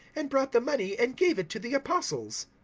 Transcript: and brought the money and gave it to the apostles.